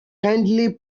kindly